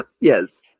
Yes